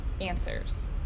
answers